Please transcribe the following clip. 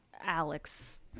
Alex